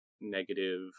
negative